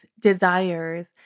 desires